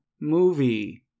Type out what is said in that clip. movie